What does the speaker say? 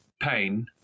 pain